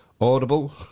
Audible